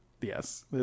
Yes